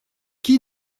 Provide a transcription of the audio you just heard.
qui